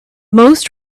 most